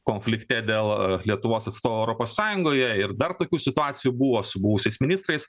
konflikte dėl lietuvos atstovų europos sąjungoje ir dar tokių situacijų buvo su buvusiais ministrais